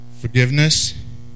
forgiveness